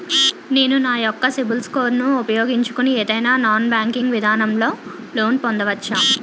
నేను నా యెక్క సిబిల్ స్కోర్ ను ఉపయోగించుకుని ఏదైనా నాన్ బ్యాంకింగ్ విధానం లొ లోన్ పొందవచ్చా?